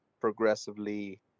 progressively